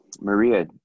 Maria